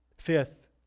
Fifth